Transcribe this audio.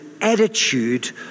attitude